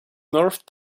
north